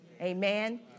Amen